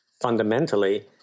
fundamentally